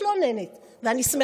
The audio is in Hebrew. אני לא מתלוננת, ואני שמחה.